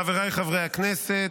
חבריי חברי הכנסת,